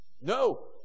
No